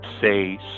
say